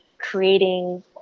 creating